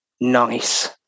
nice